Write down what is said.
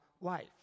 life